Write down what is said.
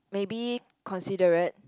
maybe considerate